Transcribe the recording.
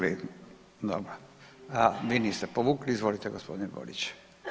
A vi niste povukli, izvolite gospodine Borić.